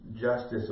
justice